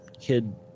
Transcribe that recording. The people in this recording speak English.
kid